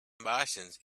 martians